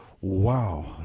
Wow